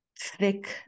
thick